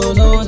no